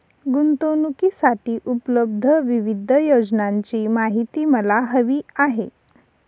गुंतवणूकीसाठी उपलब्ध विविध योजनांची माहिती मला हवी आहे